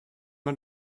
man